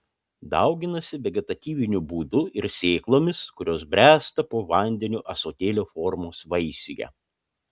dauginasi vegetatyviniu būdu ir sėklomis kurios bręsta po vandeniu ąsotėlio formos vaisiuje